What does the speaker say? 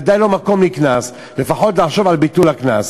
ודאי שאין מקום לקנס, לפחות לחשוב על ביטול הקנס.